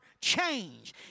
change